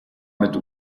mit